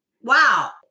wow